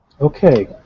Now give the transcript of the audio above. Okay